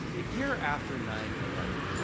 a year after nine eleven,